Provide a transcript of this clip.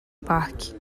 parque